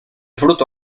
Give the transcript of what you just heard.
fruto